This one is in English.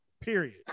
period